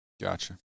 Gotcha